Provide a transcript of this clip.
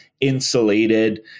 insulated